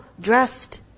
dressed